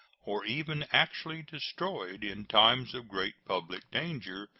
or even actually destroyed, in times of great public danger,